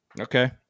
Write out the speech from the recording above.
Okay